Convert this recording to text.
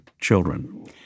children